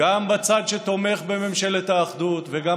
בחצי השנה האחרונה זה בדיוק הפוך.